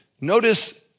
notice